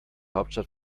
hauptstadt